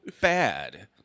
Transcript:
bad